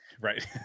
Right